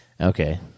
Okay